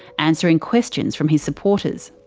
answering questions from his supporters.